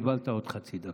קיבלת עוד חצי דקה.